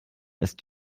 ist